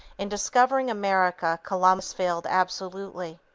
in discovering america columbus failed absolutely.